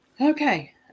Okay